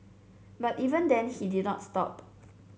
but even then he did not stop